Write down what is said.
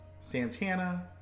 Santana